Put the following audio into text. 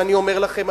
ואני אומר לכם,